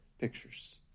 pictures